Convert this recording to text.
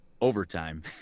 overtime